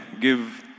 give